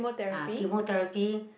ah chemotherapy